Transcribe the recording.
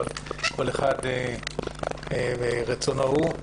אבל כל אחד ורצונו הוא.